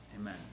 Amen